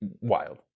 wild